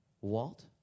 Walt